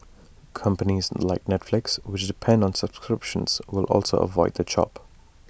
companies like Netflix which depend on subscriptions will also avoid the chop